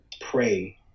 pray